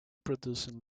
producing